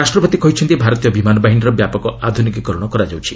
ରାଷ୍ଟ୍ରପତି କହିଛନ୍ତି ଭାରତୀୟ ବିମାନ ବାହିନୀର ବ୍ୟାପକ ଆଧୁନିକୀକରଣ କରାଯାଉଛି